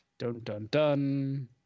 Dun-dun-dun